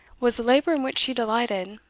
was a labour in which she delighted,